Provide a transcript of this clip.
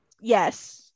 Yes